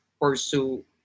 pursue